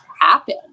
happen